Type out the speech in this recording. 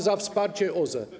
za wsparcie OZE.